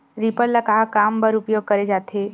Reaper ल का काम बर उपयोग करे जाथे?